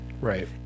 Right